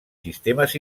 sistemes